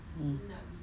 um